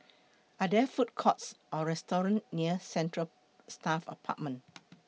Are There Food Courts Or restaurants near Central Staff Apartment